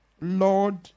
Lord